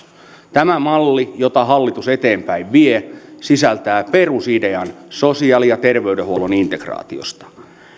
tämä malli jota hallitus eteenpäinvie sisältää perusidean sosiaali ja terveydenhuollon integraatiosta